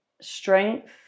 strength